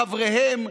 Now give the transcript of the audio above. לחבריהם,